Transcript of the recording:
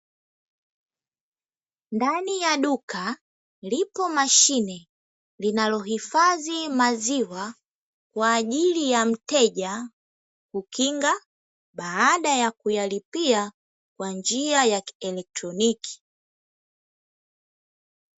Ndani ya duka, lipo mashine linalohifadhi maziwa kwa ajili ya mteja kukinga baada ya kuyalipia kwa njia ya kielektroniki.